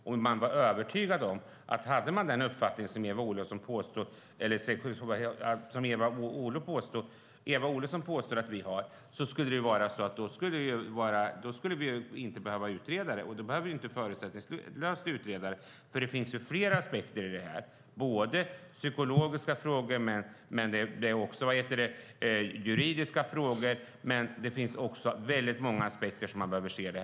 Om man var övertygad om att man hade den uppfattning som Eva Olofsson påstår att vi har skulle vi inte behöva utreda detta. Då skulle vi inte behöva utreda det förutsättningslöst. Det finns ju fler aspekter i detta - både psykologiska frågor och juridiska frågor. Det finns också många andra aspekter som man behöver se.